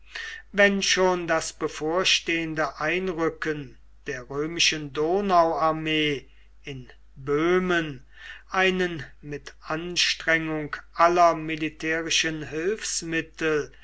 wenn schon das bevorstehende einrücken der römischen donauarmee in böhmen einen mit anstrengung aller militärischen hilfsmittel